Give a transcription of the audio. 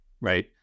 right